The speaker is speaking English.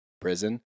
prison